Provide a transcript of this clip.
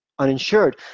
Uninsured